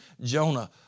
Jonah